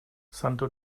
santo